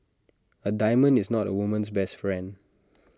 A diamond is not A woman's best friend